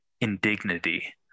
indignity